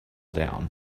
down